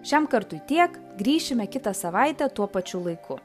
šiam kartui tiek grįšime kitą savaitę tuo pačiu laiku